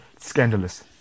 Scandalous